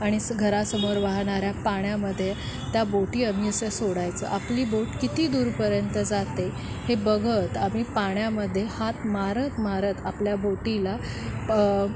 आणि स घरासमोर वाहणाऱ्या पाण्यामध्ये त्या बोटी आम्ही असं सोडायचं आपली बोट किती दूरपर्यंत जाते हे बघत आम्ही पाण्यामध्ये हात मारत मारत आपल्या बोटीला प